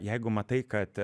jeigu matai kad